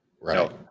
Right